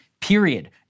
period